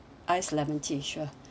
ice lemon tea sure